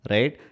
Right